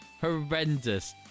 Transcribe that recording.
horrendous